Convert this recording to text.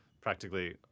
practically